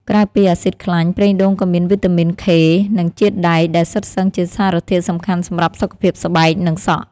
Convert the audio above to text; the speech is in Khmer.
ក្រៅពី អាស៊ីតខ្លាញ់ ប្រេងដូងក៏មាន វីតាមីន ខេ (K) និង ជាតិដែក ដែលសុទ្ធសឹងជាសារធាតុសំខាន់សម្រាប់សុខភាពស្បែក និងសក់។